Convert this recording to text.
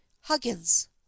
Huggins